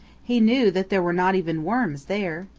he knew that there were not even worms there.